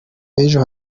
b’ejo